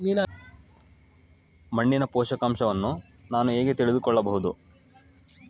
ಮಣ್ಣಿನ ಪೋಷಕಾಂಶವನ್ನು ನಾನು ಹೇಗೆ ತಿಳಿದುಕೊಳ್ಳಬಹುದು?